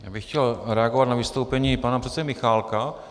Já bych chtěl reagovat na vystoupení pana předsedy Michálka.